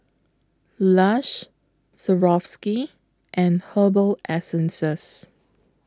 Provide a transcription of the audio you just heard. Lush Swarovski and Herbal Essences